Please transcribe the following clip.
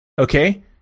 okay